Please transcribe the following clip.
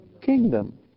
Kingdom